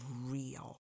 real